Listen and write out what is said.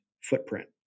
footprint